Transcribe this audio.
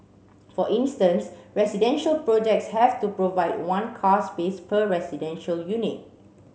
for instance residential projects have to provide one car space per residential unit